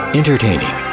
entertaining